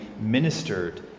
ministered